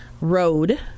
road